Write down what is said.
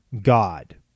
God